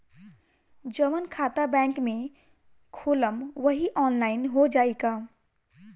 जवन खाता बैंक में खोलम वही आनलाइन हो जाई का?